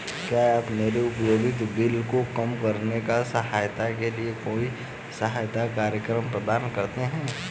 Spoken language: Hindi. क्या आप मेरे उपयोगिता बिल को कम करने में सहायता के लिए कोई सहायता कार्यक्रम प्रदान करते हैं?